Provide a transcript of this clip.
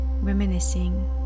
Reminiscing